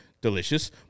delicious